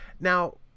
Now